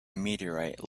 meteorite